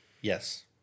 Yes